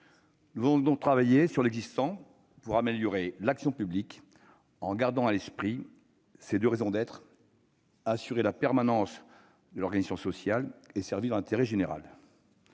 Nous devons donc travailler sur l'existant pour améliorer l'action publique, en gardant à l'esprit ses deux raisons d'être : assurer la permanence de l'organisation sociale et servir l'intérêt général.